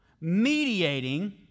mediating